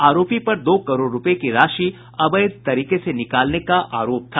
आरोपी पर दो करोड़ रूपये की राशि अवैध तरीके से निकालने का आरोप था